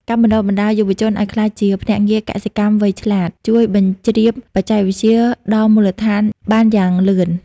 ការបណ្ដុះបណ្ដាលយុវជនឱ្យក្លាយជា "ភ្នាក់ងារកសិកម្មវៃឆ្លាត" ជួយបញ្ជ្រាបបច្ចេកវិទ្យាដល់មូលដ្ឋានបានយ៉ាងលឿន។